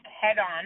head-on